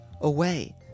away